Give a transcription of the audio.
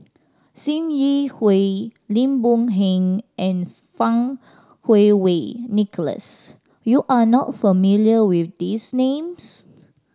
Sim Yi Hui Lim Boon Heng and Fang Kuo Wei Nicholas you are not familiar with these names